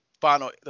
final